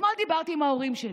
שאתמול דיברתי עם ההורים שלי,